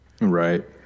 Right